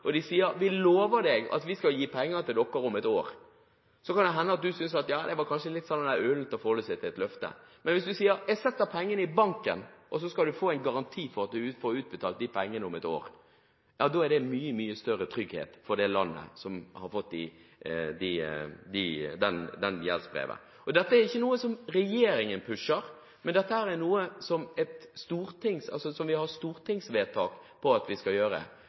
og de sier: Vi lover deg at vi skal gi penger til dere om et år – kan det hende du synes det er litt ullent å forholde seg til et løfte. Men hvis de sier: Vi setter pengene i bankene, og så skal du få en garanti for at du får utbetalt de pengene om et år – ja, da er det en mye, mye større trygghet for det landet som har fått gjeldsbrevet. Dette er ikke noe som regjeringen pusher, det er noe vi har stortingsvedtak på at vi skal gjøre. OECD er nå kritisk til denne måten å gjøre det på, men det er altså noe jeg oppfatter at vi